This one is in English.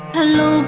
Hello